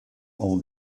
all